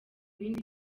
bindi